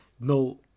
no